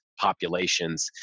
populations